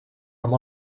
amb